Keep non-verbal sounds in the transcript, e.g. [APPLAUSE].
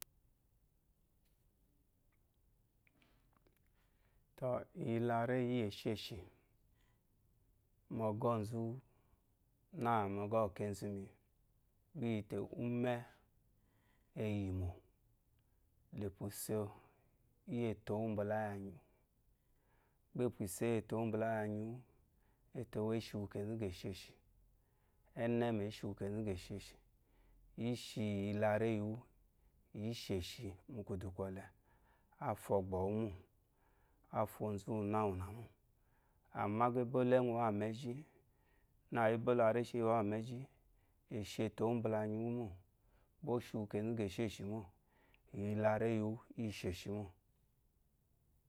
Ka iyi lareyiiyesheshi mo ngɔzu na mo ngɔ wu kezumi gba iyite ume eyimole pwa iso iye tewu mbala iya nyewu oyi oshiwu kezu ngɔ eshe shi ishiwu iyila regiwu isheshi muku dukole afo ogbowumo afo ozuna wuna mo amagba ebole ewuwu me gi na ebola reshiwu mo gba [UNINTELLIGIBLE] oshiwu kezu geshishimo iyila regiwu isheshi mo